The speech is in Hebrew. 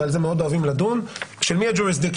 ועל זה מאוד אוהבים לדון: של מי ה-jurisdiction?